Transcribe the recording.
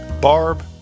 Barb